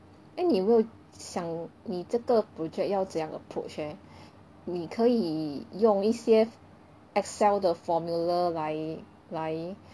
then 你有没有想你这个 project 要怎样 approach eh 你可以用一些 Excel 的 formula 来来